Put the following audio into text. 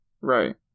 Right